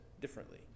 differently